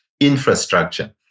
infrastructure